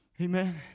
Amen